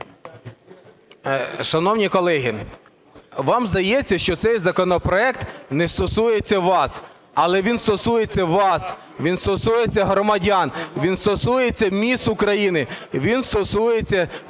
Шановні колеги, вам здається, що цей законопроект не стосується вас. Але він стосується вас, він стосується громадян, він стосується міст України і він стосується